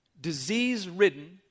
disease-ridden